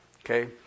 Okay